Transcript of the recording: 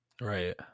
Right